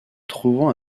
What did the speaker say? trouvant